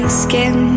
skin